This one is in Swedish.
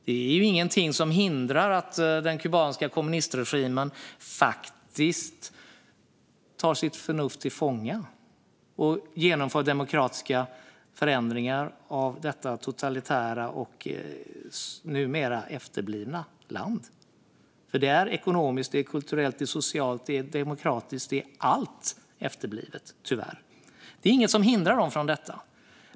Det är inget som hindrar att den kubanska kommunistregimen faktiskt tar sitt förnuft till fånga och genomför demokratiska förändringar av detta totalitära och numera efterblivna land. Det är efterblivet ekonomiskt, kulturellt, socialt och demokratiskt - ja, när det gäller allt, tyvärr. Det är inget som hindrar dem från detta.